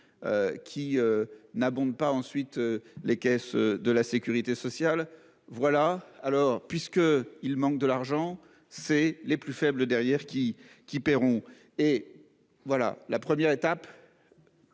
Qui n'abonde pas ensuite les caisses de la Sécurité sociale. Voilà alors puisque il manque de l'argent, c'est les plus faibles derrière qui qui paieront. Et voilà la première étape.